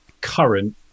current